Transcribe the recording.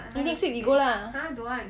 eh next week we go lah